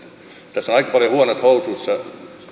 tässä on aika paljon huonot housuissa